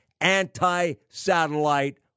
anti-satellite